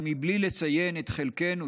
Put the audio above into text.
אבל בלי לציין את חלקנו,